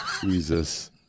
Jesus